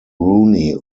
rooney